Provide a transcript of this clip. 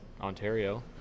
Ontario